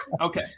Okay